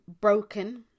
broken